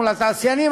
מול התעשיינים,